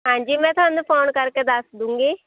ਹਾਂਜੀ ਮੈਂ ਤੁਹਾਨੂੰ ਫੋਨ ਕਰਕੇ ਦੱਸ ਦੂਗੀ